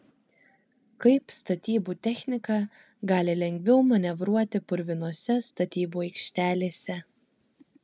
kaip statybų technika gali lengviau manevruoti purvinose statybų aikštelėse